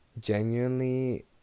genuinely